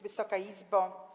Wysoka Izbo!